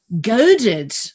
goaded